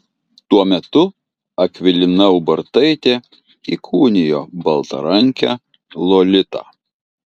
tuo metu akvilina ubartaitė įkūnijo baltarankę lolitą